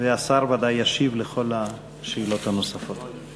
השר ודאי ישיב על כל השאלות הנוספות.